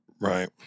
Right